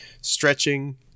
stretching